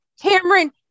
Cameron